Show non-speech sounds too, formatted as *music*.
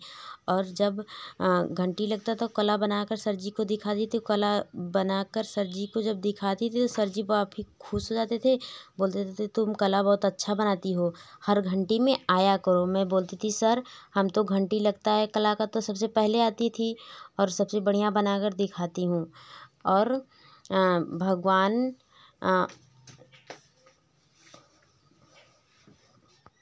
और जब घंटी लगता था कला बनाकर सर जी को दिखा दी थी वह कला बनाकर सर जी को जब दिखाती थी तो सर जी *unintelligible* खुश हो जाते थे बोलते *unintelligible* तुम कला बहुत अच्छा बनाती हो हर घंटी में आया करो मैं बोलती थी सर हम तो घंटी लगता है कला का तो सबसे पहले आती थी और सबसे बढ़िया बनाकर दिखाती हूँ और भगवान